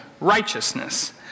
righteousness